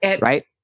right